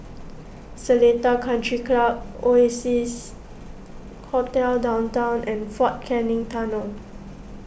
Seletar Country Club Oasia Hotel Downtown and fort Canning Tunnel